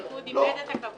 הליכוד איבד את הכבוד וההדר.